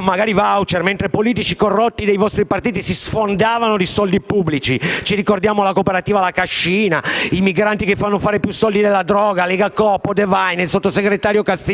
magari *voucher*, mentre i politici corrotti dei vostri partiti si sfondavano di soldi pubblici. Ci ricordiamo la cooperativa La Cascina, i "migranti che fanno fare più soldi della droga", Legacoop e Odevaine, il sottosegretario Castiglione,